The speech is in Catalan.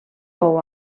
fou